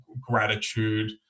gratitude